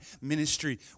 ministry